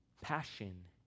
passion